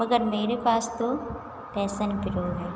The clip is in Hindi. मगर मेरे पास तो पैशन प्रो है